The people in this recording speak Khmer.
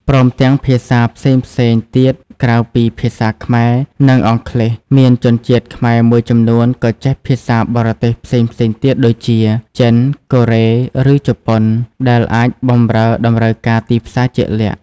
ព្រមទាំង ភាសាផ្សេងៗទៀត ក្រៅពីភាសាខ្មែរ និងអង់គ្លេស មានជនជាតិខ្មែរមួយចំនួនក៏ចេះភាសាបរទេសផ្សេងៗទៀតដូចជា ចិន កូរ៉េ ឬជប៉ុន ដែលអាចបម្រើតម្រូវការទីផ្សារជាក់លាក់។